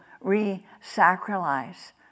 re-sacralize